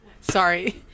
Sorry